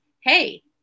hey